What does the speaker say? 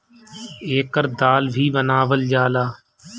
एकर दाल भी बनावल जाला